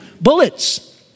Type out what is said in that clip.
bullets